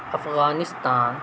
Afghanistan